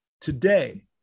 today